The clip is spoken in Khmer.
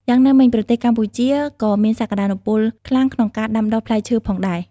យ៉ាងណាមិញ ប្រទេសកម្ពុជាក៏មានសក្តានុពលខ្លាំងក្នុងការដាំដុះផ្លែឈើផងដែរ។